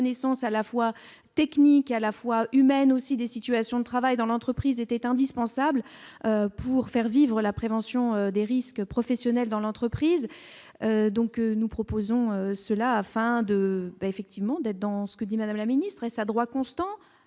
des connaissances à la fois techniques à la fois humaines aussi des situations de travail dans l'entreprise était indispensable pour faire vivre la prévention des risques professionnels dans l'entreprise, donc nous proposons cela afin de effectivement de dans ce que dit Madame la Ministre-ce à droit constant,